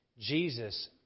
Jesus